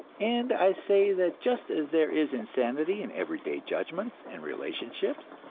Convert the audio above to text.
and i say that just as there is insanity in everyday judgments and relationships,